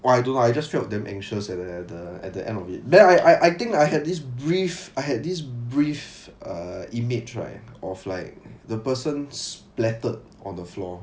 !wah! I don't know I just felt damn anxious at the at the end of it then I I think I had this brief I had this brief image right of like the person splattered on the floor